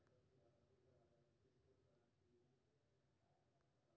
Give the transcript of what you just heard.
प्रजनक बीहनि आधार बीहनि केर उत्पादन लेल सय प्रतिशत भौतिक आ आनुवंशिक होइ छै